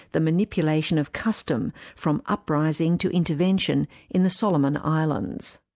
the manipulation of custom from uprising to intervention in the solomon islands.